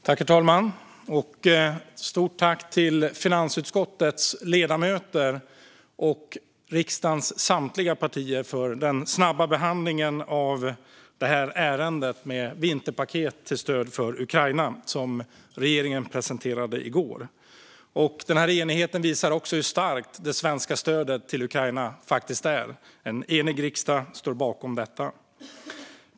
Herr talman! Jag vill rikta ett stort tack till finansutskottets ledamöter och riksdagens samtliga partier för den snabba behandlingen av detta ärende, som gäller det vinterpaket till stöd för Ukraina som regeringen presenterade i går. En enig riksdag står bakom detta. Denna enighet visar hur starkt det svenska stödet till Ukraina är.